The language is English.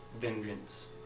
vengeance